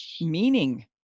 meaning